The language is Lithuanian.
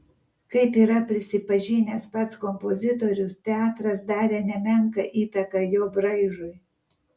kaip yra prisipažinęs pats kompozitorius teatras darė nemenką įtaką jo braižui